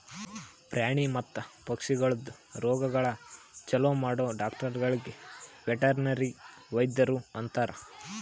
ಪ್ರಾಣಿ ಮತ್ತ ಪಕ್ಷಿಗೊಳ್ದು ರೋಗಗೊಳ್ ಛಲೋ ಮಾಡೋ ಡಾಕ್ಟರಗೊಳಿಗ್ ವೆಟರ್ನರಿ ವೈದ್ಯರು ಅಂತಾರ್